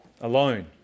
alone